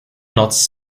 knots